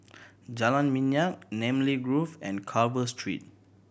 Jalan Minyak Namly Grove and Carver Street